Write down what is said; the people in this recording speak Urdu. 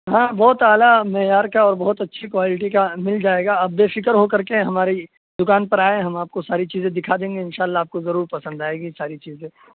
ہاں بہت اعلیٰ معیار کا اور بہت اچھی کوالٹی کا مل جائے گا آپ بے فکر ہوکر کے ہماری دوکان پر آئیں ہم آپ کو ساری چیزیں دکھا دیں گے انشاء اللہ آپ کو ضرور پسند آئے گی ساری چیزیں